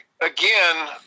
again